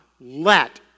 let